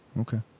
Okay